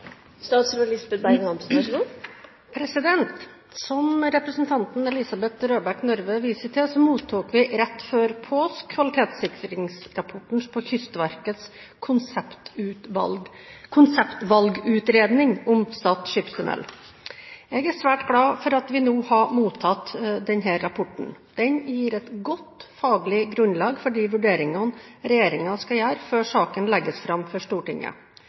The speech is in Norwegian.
Som representanten Elisabeth Røbekk Nørve viser til, mottok vi rett før påske kvalitetssikringsrapporten på Kystverkets konseptvalgutredning om Stad skipstunnel. Jeg er svært glad for at vi nå har mottatt denne rapporten. Den gir et godt faglig grunnlag for de vurderingene regjeringen skal gjøre før saken legges fram for Stortinget.